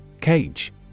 Cage